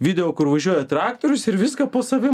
video kur važiuoja traktorius ir viską po savim